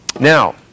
Now